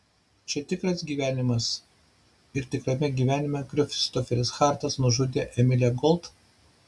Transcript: čia tikras gyvenimas ir tikrame gyvenime kristoferis hartas nužudė emilę gold